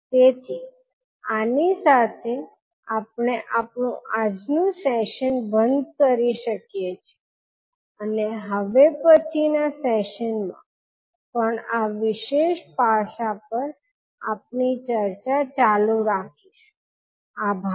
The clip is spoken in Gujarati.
તેથી આની સાથે આપણે આપણું આજનું સેશન બંધ કરી શકીએ છીએ અને હવે પછીના સેશનમાં પણ આ વિશેષ પાસા પર આપણી ચર્ચા ચાલુ રાખીશું આભાર